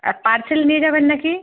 আর parcel নিয়ে যাবেন নাকি